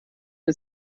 ist